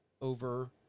over